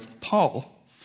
Paul